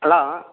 hello